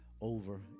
over